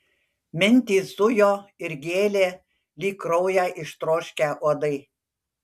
mintys zujo ir gėlė lyg kraujo ištroškę uodai